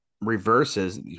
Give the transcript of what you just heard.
reverses